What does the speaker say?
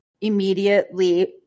immediately